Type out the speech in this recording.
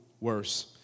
worse